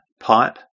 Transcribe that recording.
pipe